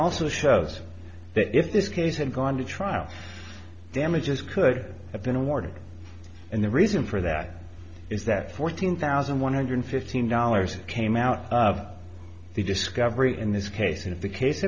also shows that if this case had gone to trial damages could have been awarded and the reason for that is that fourteen thousand one hundred fifteen dollars came out of the discovery in this case if the case